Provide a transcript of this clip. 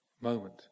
moment